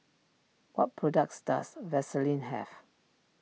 what products does Vaselin have